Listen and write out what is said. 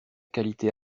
qualité